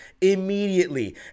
Immediately